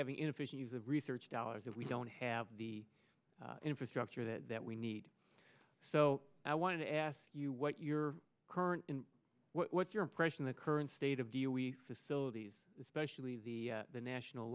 having inefficient use of research dollars if we don't have the infrastructure that we need so i want to ask you what your current what's your impression the current state of the we facilities especially the the national